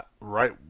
right